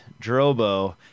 Drobo